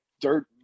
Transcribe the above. dirt